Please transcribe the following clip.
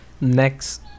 next